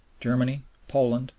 germany, poland,